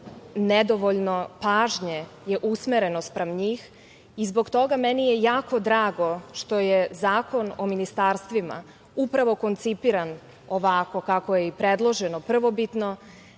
nedovoljno pažnje je usmereno spram njih. Zbog toga meni je jako drago što je Zakon o ministarstvima upravo koncipiran ovako kako je i predloženo prvobitno